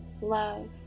love